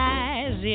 eyes